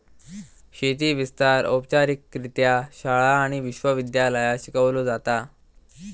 शेती विस्तार औपचारिकरित्या शाळा आणि विश्व विद्यालयांत शिकवलो जाता